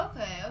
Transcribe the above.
okay